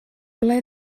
ble